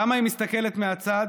כמה היא מסתכלת מהצד?